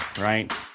right